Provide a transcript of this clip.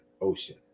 ocean